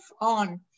on